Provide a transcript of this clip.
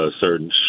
certain